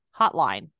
hotline